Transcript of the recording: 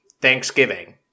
thanksgiving